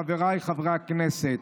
חבריי חברי הכנסת: